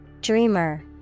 Dreamer